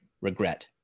regret